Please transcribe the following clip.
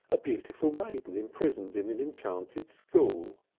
a beautiful maiden imprisoned in an enchanted school.